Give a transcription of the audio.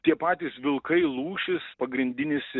tie patys vilkai lūšys pagrindinis